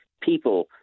people